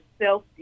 self